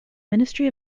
ministry